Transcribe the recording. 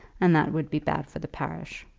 and that would be bad for the parish.